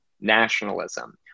nationalism